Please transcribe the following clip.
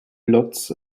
blots